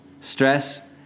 stress